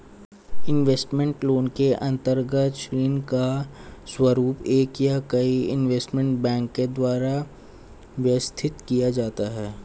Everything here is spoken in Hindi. सिंडीकेटेड लोन के अंतर्गत ऋण का स्वरूप एक या कई इन्वेस्टमेंट बैंक के द्वारा व्यवस्थित किया जाता है